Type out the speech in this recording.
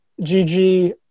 GG